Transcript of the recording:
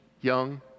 young